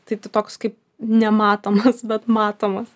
tai tu toks kaip nematomas bet matomas